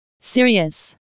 serious